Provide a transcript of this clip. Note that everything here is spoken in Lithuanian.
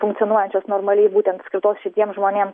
funkcionuojančios normaliai būtent skirtos šitiem žmonėm